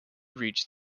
reach